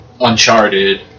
Uncharted